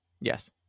Yes